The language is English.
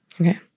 Okay